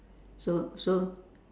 so so